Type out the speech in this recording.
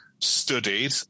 studied